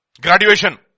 Graduation